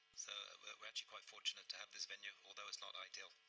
so we are actually quite fortunate to have this venue, although it's not ideal.